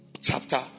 chapter